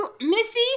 Missy